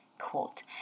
quote